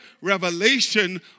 revelation